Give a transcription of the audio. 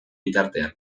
bitartean